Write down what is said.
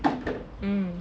um